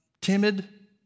timid